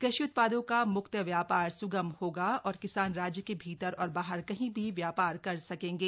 कृषि उत्पादों का मुक्त व्यापार स्गम होगा और किसान राज्य के भीतर और बाहर कहीं भी व्यापार कर सकेंगे